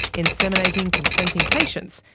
inseminating consenting patients,